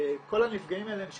כל הנפגעים האלה הם שקטים,